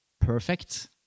perfect